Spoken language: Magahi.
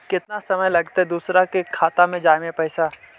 केतना समय लगतैय दुसर के खाता में जाय में पैसा?